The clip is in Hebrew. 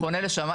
בוא נזכור,